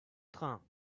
train